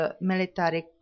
military